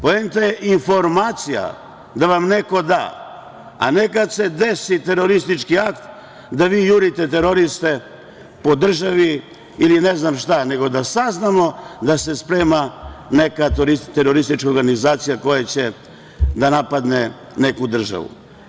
Poenta je informacija, da vam neko da, a ne kad se desi teroristički akt, da vi jurite teroriste po državi ili ne znam šta, nego da saznamo da se sprema neka teroristička organizacija koja će da napadne neku državu.